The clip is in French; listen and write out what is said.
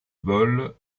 vol